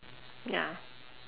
ya